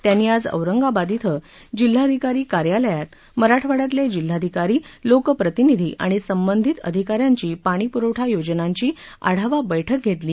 त्यांनी आज औरंगाबाद इथं जिल्हाधिकारी कार्यालयात मराठवाड्यातले जिल्हाधिकारी लोकप्रतिनिधी आणि संबंधित अधिकाऱ्यांची पाणी प्रवठा योजनांची आढावा बैठक घेतली